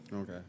Okay